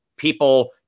People